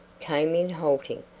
came in halting,